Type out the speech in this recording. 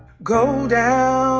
go down